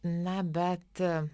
na bet